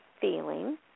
feeling